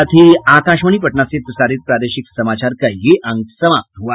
इसके साथ ही आकाशवाणी पटना से प्रसारित प्रादेशिक समाचार का ये अंक समाप्त हुआ